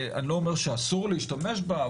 אני לא אומר שאסור להשתמש בה,